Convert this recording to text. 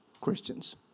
Christians